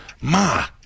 Ma